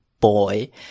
boy